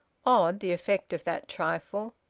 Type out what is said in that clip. odd, the effect of that trifle!